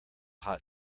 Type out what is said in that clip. hot